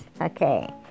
okay